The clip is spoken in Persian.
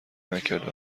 نکرد